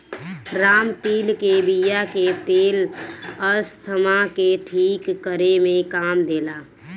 रामतिल के बिया के तेल अस्थमा के ठीक करे में काम देला